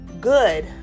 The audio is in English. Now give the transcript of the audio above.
good